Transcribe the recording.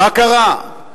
מה קרה?